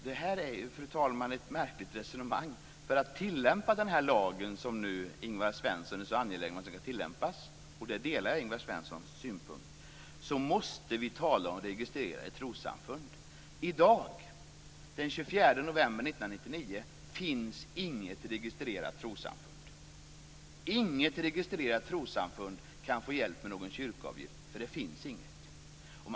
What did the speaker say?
Fru talman! Detta är ett märkligt resonemang. För att tillämpa den lag som Ingvar Svensson är så angelägen ska tillämpas - jag delar Ingvar Svenssons synpunkt - måste vi tala om registrerade trossamfund. I dag den 24 november 1999 finns inget registrerat trossamfund. Inget registrerat trossamfund kan få hjälp med någon kyrkoavgift eftersom det inte finns något sådant.